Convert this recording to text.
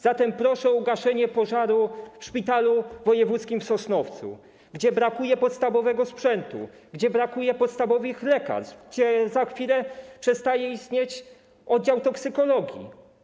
Zatem proszę o ugaszenie pożaru w szpitalu wojewódzkim w Sosnowcu, gdzie brakuje podstawowego sprzętu, gdzie brakuje podstawowych lekarstw, gdzie za chwilę przestanie istnieć oddział toksykologii.